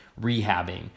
rehabbing